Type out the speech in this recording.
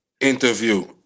Interview